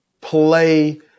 play